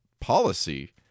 policy